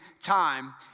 time